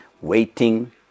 waiting